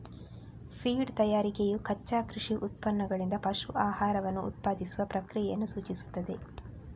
feed ತಯಾರಿಕೆಯು ಕಚ್ಚಾ ಕೃಷಿ ಉತ್ಪನ್ನಗಳಿಂದ ಪಶು ಆಹಾರವನ್ನು ಉತ್ಪಾದಿಸುವ ಪ್ರಕ್ರಿಯೆಯನ್ನು ಸೂಚಿಸುತ್ತದೆ